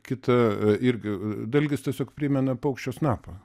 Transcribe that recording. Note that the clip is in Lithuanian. kita irgi dalgis tiesiog primena paukščio snapą